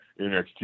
NXT